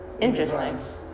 Interesting